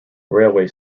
railway